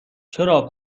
چرا